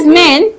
men